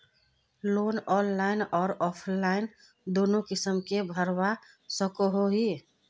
Loan online आर offline दोनों किसम के भरवा सकोहो ही?